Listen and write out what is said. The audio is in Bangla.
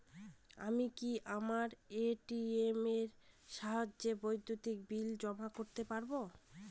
আমি কি আমার এ.টি.এম এর সাহায্যে বিদ্যুতের বিল জমা করতে পারব?